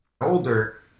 older